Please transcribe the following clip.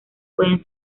pueden